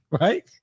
right